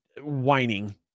whining